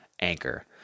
Anchor